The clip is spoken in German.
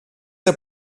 der